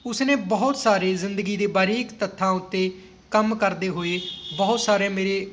ਉਸਨੇ ਬਹੁਤ ਸਾਰੇ ਜ਼ਿੰਦਗੀ ਦੇ ਬਾਰੀਕ ਤੱਥਾਂ ਉੱਤੇ ਕੰਮ ਕਰਦੇ ਹੋਏ ਬਹੁਤ ਸਾਰੇ ਮੇਰੇ